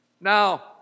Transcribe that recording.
Now